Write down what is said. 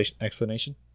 explanation